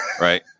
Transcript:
right